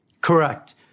Correct